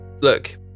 Look